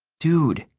dude,